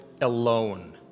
alone